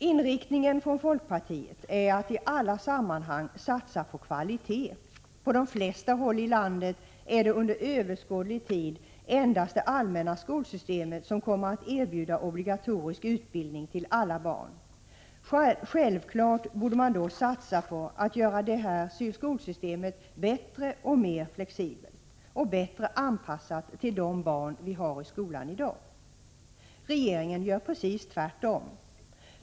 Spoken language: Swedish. Inriktningen från folkpartiet är att i alla sammanhang satsa på kvalitet. På de flesta håll i landet är det under överskådlig tid endast det allmänna skolsystemet som kommer att erbjuda obligatorisk utbildning till alla barn. Självfallet borde man då satsa på att göra detta skolsystem bättre, mer flexibelt och bättre anpassat till de barn vi har i skolan i dag. Regeringen gör precis tvärtom.